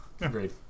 Agreed